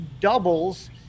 doubles